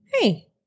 Hey